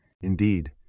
Indeed